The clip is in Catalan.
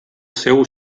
seu